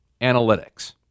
analytics